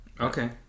okay